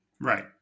Right